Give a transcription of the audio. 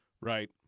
Right